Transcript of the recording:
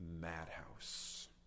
madhouse